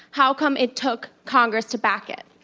how come it took congress to back it?